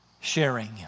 sharing